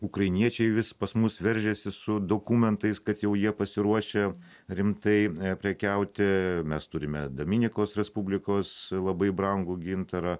ukrainiečiai vis pas mus veržiasi su dokumentais kad jau jie pasiruošę rimtai prekiauti mes turime dominikos respublikos labai brangų gintarą